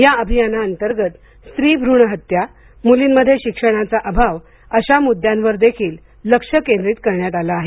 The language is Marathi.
या अभियानाअंतर्गत स्त्रीभ्रण हत्या मुलींमध्ये शिक्षणाचा अभाव अशा मुद्द्यांवर देखील लक्ष केंद्रित करण्यात आलं आहे